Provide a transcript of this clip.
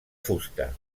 fusta